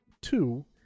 two